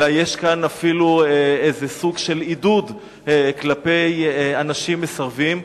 אלא יש כאן אפילו סוג של עידוד כלפי אנשים מסרבים.